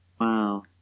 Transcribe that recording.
Wow